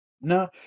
No